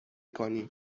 کنیم